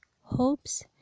hopes